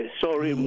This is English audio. sorry